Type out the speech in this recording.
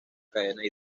cadena